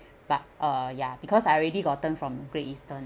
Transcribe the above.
but uh ya because I already gotten from great eastern